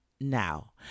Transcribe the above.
now